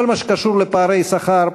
ובכל מה שקשור לפערי שכר,